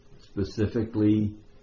Specifically